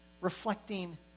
reflecting